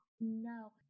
No